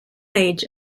age